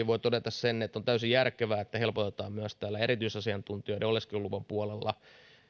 voin todeta sen että on täysin järkevää että helpotetaan myös erityisasiantuntijoiden oleskeluluvan puolella